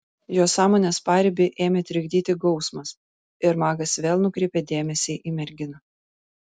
jo sąmonės paribį ėmė trikdyti gausmas ir magas vėl nukreipė dėmesį į merginą